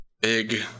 big